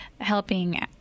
helping